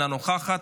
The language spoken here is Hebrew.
אינה נוכחת.